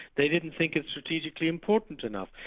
they didn't think it strategically important enough,